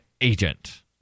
agent